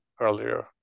earlier